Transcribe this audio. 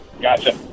Gotcha